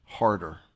harder